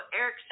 Eric